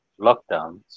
lockdowns